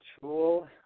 tool